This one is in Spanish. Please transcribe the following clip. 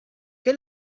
qué